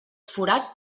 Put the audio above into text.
forat